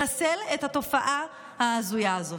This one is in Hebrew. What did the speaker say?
לחסל את התופעה ההזויה הזו.